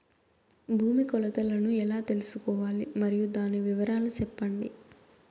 భూమి కొలతలను ఎలా తెల్సుకోవాలి? మరియు దాని వివరాలు సెప్పండి?